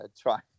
try